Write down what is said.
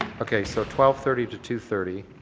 okay, so twelve thirty to two thirty